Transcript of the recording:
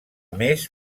més